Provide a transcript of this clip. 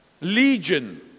legion